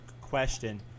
question